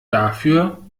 dafür